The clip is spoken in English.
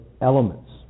elements